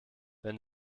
wenn